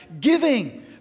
giving